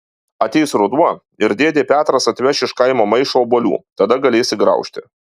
ateis ruduo ir dėdė petras atveš iš kaimo maišą obuolių tada galėsi graužti